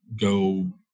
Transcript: go